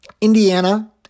Indiana